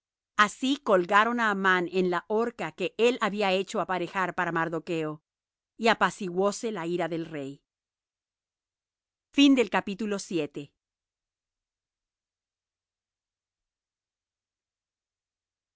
así colgaron á amán en la horca que él había hecho aparejar para mardocho y apaciguóse la ira del rey